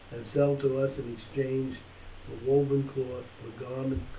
and sell to us in exchange for woven cloth, for garments,